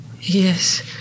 Yes